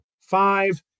five